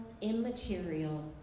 immaterial